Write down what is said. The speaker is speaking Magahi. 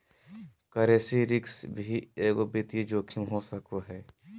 करेंसी रिस्क भी एगो वित्तीय जोखिम हो सको हय